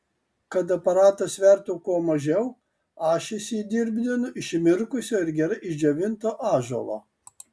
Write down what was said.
kad aparatas svertų kuo mažiau ašis jį dirbdinu iš įmirkusio ir gerai išdžiovinto ąžuolo